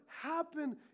happen